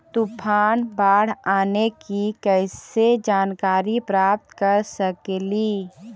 तूफान, बाढ़ आने की कैसे जानकारी प्राप्त कर सकेली?